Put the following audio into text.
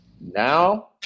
Now